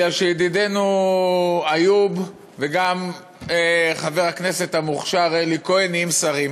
כי ידידנו איוב וגם חבר הכנסת המוכשר אלי כהן נהיים שרים.